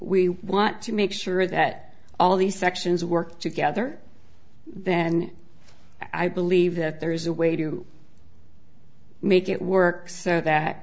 we want to make sure that all the sections work together then i believe that there is a way to make it work so that